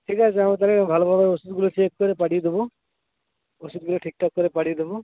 ঠিক আছে আমি তাহকে ভালোভাবে ওষুধগুলো চেক করে পাঠিয়ে দেবো ওষুধগুলো ঠিকঠাক করে পাঠিয়ে দেবো